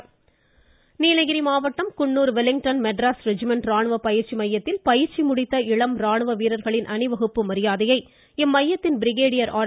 ராணுவ அணிவகுப்பு நீலகிரி மாவட்டம் குன்னூர் வெலிங்டன் மெட்ராஸ் ரெஜிமென்ட் ராணுவ மையத்தில் பயிற்சி முடித்த இளம் ராணுவ வீரர்களின் அணிவகுப்பு மரியாதையை இம்மையத்தின் பிரிகேடியர் ஆர்